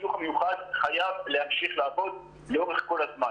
החינוך המיוחד חייב להמשיך לעבוד לאורך כל הזמן.